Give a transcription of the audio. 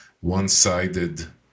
one-sided